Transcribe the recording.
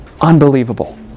Unbelievable